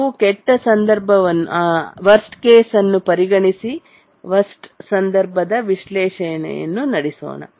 ನಾವು ಕೆಟ್ಟ ಸಂದರ್ಭವನ್ನು ಪರಿಗಣಿಸಿ ಕೆಟ್ಟ ಸಂದರ್ಭದ ವಿಶ್ಲೇಷಣೆಯನ್ನು ನಡೆಸುತ್ತೇವೆ